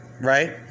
right